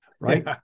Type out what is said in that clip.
Right